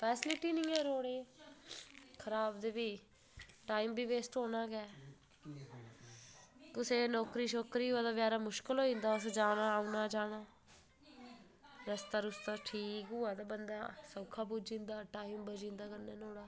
facility निं ऐ रोड़ै खराब ते फ्ही टाईम बी वेस्ट होना गै कुसै दी नौकरी शोकरी होऐ ते बेचारे मुश्कल होई जंदा उस जाना औना जाना रस्ता रुसता ठीक होऐ ते बंदा सौखा पुज्जी जंदा टाईम बची जंदा कन्नै नुहाड़ा